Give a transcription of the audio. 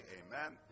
amen